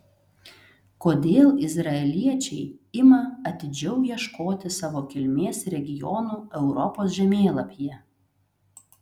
kodėl izraeliečiai ima atidžiau ieškoti savo kilmės regionų europos žemėlapyje